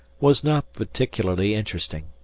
was not particularly interesting.